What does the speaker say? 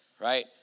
right